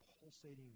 pulsating